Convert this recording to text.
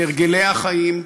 בהרגלי החיים.